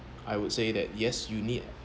I would say that yes you need